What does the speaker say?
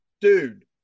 dude